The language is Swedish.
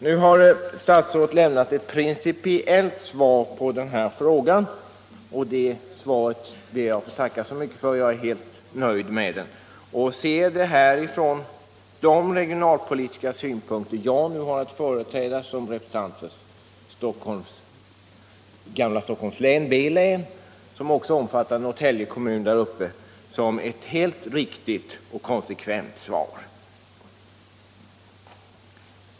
Nu har statsrådet här lämnat ett principiellt svar på min fråga, och det tackar jag alltså för. Jag är helt nöjd med det svaret. Från de regionalpolitiska synpunkter som jag företräder i egenskap av representant för det gamla Stockholms län, B län, som också omfattar Norrtälje kommun, ser jag det som ett helt riktigt och konsekvent svar.